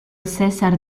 césar